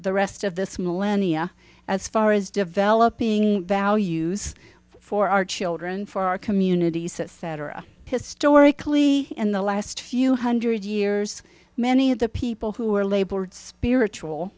the rest of this millennia as far as developing values for our children for our communities cetera historically in the last few hundred years many of the people who were labeled spiritual